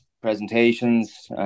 presentations